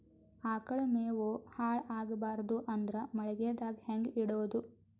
ಆಕಳ ಮೆವೊ ಹಾಳ ಆಗಬಾರದು ಅಂದ್ರ ಮಳಿಗೆದಾಗ ಹೆಂಗ ಇಡೊದೊ?